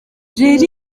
rero